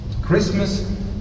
Christmas